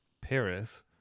Paris